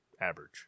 average